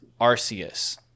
Arceus